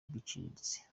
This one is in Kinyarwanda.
biciriritse